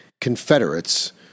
confederates